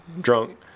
drunk